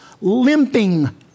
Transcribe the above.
limping